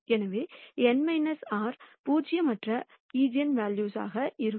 எனவே n r பூஜ்ஜியமற்ற ஈஜென்வெல்யூக்கள் இருக்கும்